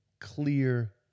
clear